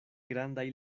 grandaj